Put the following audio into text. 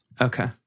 Okay